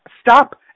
stop